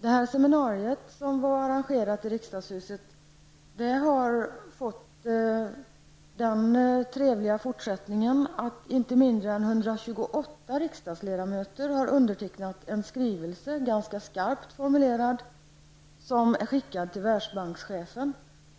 Detta seminarium, som var arrangerat i riksdagshuset, har fått den trevliga fortsättningen att inte mindre än 128 riksdagsledamöter har undertecknat en ganska skarpt formulerad skrivelse, som har sänts till Världsbankschefen